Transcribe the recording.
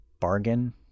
bargain